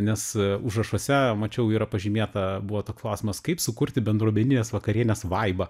nes užrašuose mačiau yra pažymėta buvo toks klausimas kaip sukurti bendruomeninės vakarienės vaibą